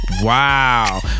Wow